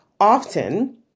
often